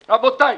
רבותיי,